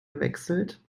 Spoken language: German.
gewechselt